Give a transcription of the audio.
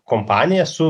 kompaniją su